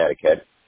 connecticut